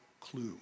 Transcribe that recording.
clue